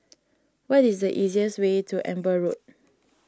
what is the easiest way to Amber Road